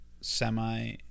semi